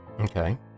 Okay